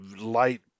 light